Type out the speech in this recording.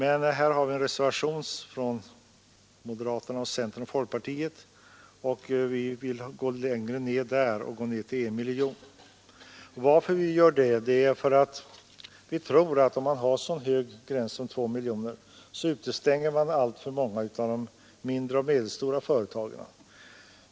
På denna punkt har moderaterna, centerpartiet och folkpartiet reserverat sig. Vi vill gå ned till I miljon. Om man sätter gränsen så högt som vid 2 miljoner utestänger man alltför många av de mindre och medelstora företagen.